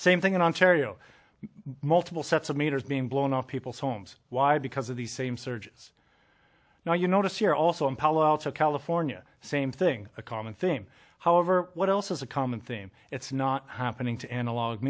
same thing in ontario multiple sets of meters being blown off people's homes why because of the same surges now you notice here also in palo alto california same thing a common theme however what else is a common theme it's not happening to analog